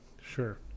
Sure